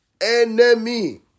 Enemy